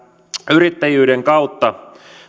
yrittäjyyden kautta me